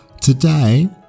Today